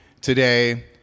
today